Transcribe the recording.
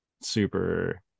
super